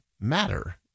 matter